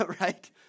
right